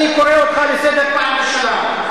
אני קורא אותך לסדר פעם ראשונה.